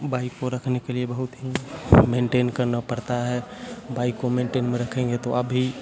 bike को रखने के लिए बहुत ही मेंटेन करना पड़ता है बाइक को मेंटेन में रखेंगे तो आप भी